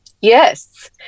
Yes